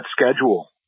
schedule